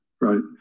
Right